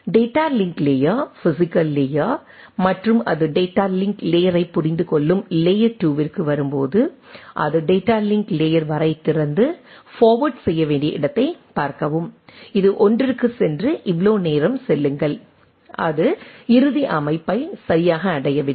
data link layer physical layer மற்றும் அது data link லேயரை புரிந்துகொள்ளும் லேயர் 2 விற்கு வரும்போது அது டேட்டா லிங்க் லேயர் வரை திறந்து ஃபார்வேர்ட் செய்ய வேண்டிய இடத்தைப் பார்க்கவும் இது ஒன்றிற்குச் சென்று இவ்வளவு நேரம் செல்லுங்கள் அது இறுதி அமைப்பை சரியாக அடையவில்லை